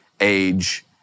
age